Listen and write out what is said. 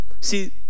see